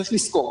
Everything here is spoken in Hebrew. צריך לזכור,